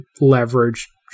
leverage